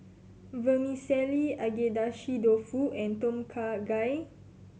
Vermicelli Agedashi Dofu and Tom Kha Gai